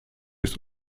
ist